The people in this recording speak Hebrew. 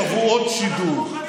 שבועות שידור,